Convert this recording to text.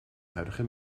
huidige